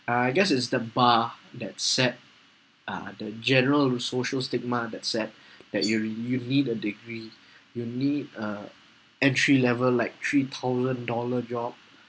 uh I guess it's the bar that set uh the general social stigma that set that you'll you'll need a degree your need a entry level like three thousand dollar job